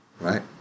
right